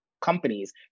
companies